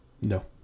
No